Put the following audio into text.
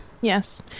Yes